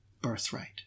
birthright